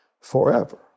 forever